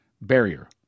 barrier